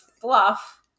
fluff